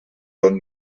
tot